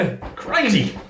Crazy